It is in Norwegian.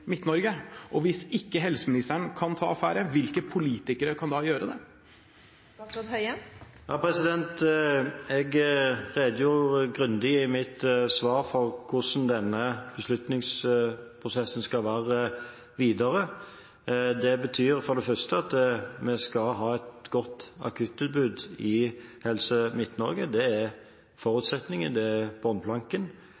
Og hvis ikke helseministeren kan ta affære, hvilke politikere kan da gjøre det? Jeg redegjorde grundig i mitt svar for hvordan denne beslutningsprosessen skal være videre. Det betyr for det første at vi skal ha et godt akuttilbud i Helse Midt-Norge. Det er